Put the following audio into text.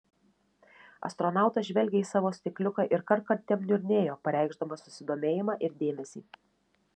astronautas žvelgė į savo stikliuką ir kartkartėm niurnėjo pareikšdamas susidomėjimą ir dėmesį